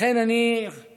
לכן אני מציין